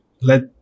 let